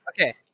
Okay